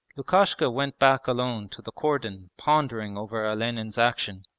lukashka went back alone to the cordon pondering over olenin's action.